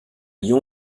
lion